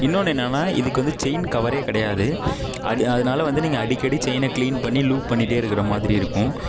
இன்னொன்று என்னெனா இதுக்கு வந்து செயின் கவரே கிடையாது அதனால வந்து நீங்கள் அடிக்கடி செயினை கிளீன் பண்ணி லூப் பண்ணிட்டேருக்கிற மாதிரி இருக்கும்